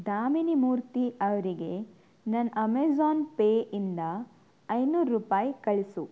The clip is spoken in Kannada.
ದಾಮಿನಿ ಮೂರ್ತಿ ಅವರಿಗೆ ನನ್ನ ಅಮೇಜಾನ್ ಪೇ ಇಂದ ಐನೂರು ರೂಪಾಯಿ ಕಳಿಸು